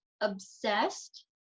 obsessed